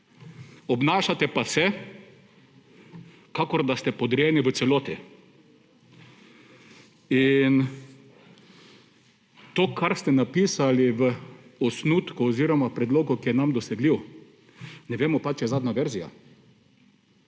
obnašate pa se, kakor da ste podrejeni v celoti. In to, kar ste napisali v osnutku oziroma v predlogu, ki je nam dosegljiv, ne vemo pa, če je zadnja verzija,